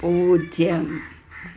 പൂജ്യം